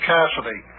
Cassidy